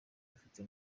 afite